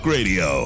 Radio